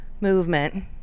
movement